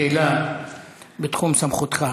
שאלה בתחום סמכותך.